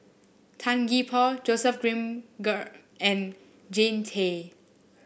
Tan Gee Paw Joseph Grimberg and Jean Tay